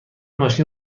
ماشین